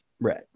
Right